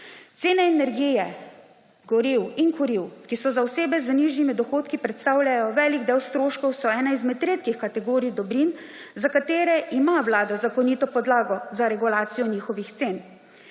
Cene energije, goriv in kuriv, ki za osebe z nižjimi dohodki predstavljajo velik del stroškov, so ena izmed redkih kategorij dobrin, za katere ima vlada zakonito podlago za regulacijo njihovih cen.